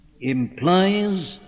implies